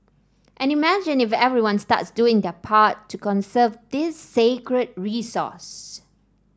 and imagine if everyone starts doing their part to conserve this scarce resource